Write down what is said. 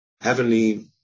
heavenly